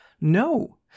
No